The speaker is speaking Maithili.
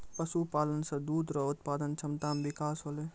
पशुपालन से दुध रो उत्पादन क्षमता मे बिकास होलै